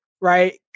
right